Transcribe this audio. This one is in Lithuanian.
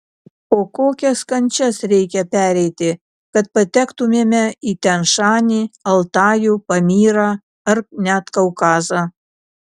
o kokias kančias reikia pereiti kad patektumėme į tian šanį altajų pamyrą ar net kaukazą